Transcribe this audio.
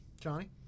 Johnny